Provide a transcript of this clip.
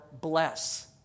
BLESS